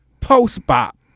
post-bop